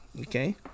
okay